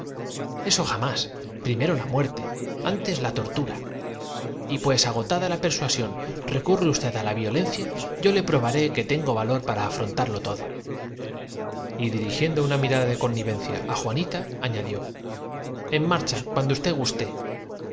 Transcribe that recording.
jamás primero la muerte antes la tortura semos alferecía y pues agotada la persuasión recurre usted á la vio menos gritosle arguyo su amo aquí estáis lencia yo le probaré que tengo valor para afrontarlo bajo mi férula empezó mi dominio y no hay para qué todo pedirme explicaciones de mi conducta vuestra misión y dirigiendo una mirada de connivencia á juanita es obedecer y callar añadió en cuanto á eso poco á pocointerpuso clara en marcha cuando usted guste